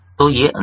तो ये अंतर हैं